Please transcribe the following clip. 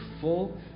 full